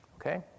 okay